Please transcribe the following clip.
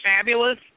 fabulous